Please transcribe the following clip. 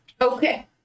Okay